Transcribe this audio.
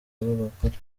b’abagore